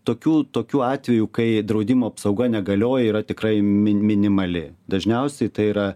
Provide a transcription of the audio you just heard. tokių tokių atvejų kai draudimo apsauga negalioja yra tikrai mi minimali dažniausiai tai yra